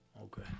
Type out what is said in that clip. Okay